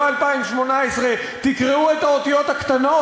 לא 2018. תקראו את האותיות הקטנות.